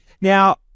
Now